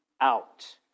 out